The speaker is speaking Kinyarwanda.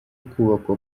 kubakwa